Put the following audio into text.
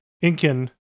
Incan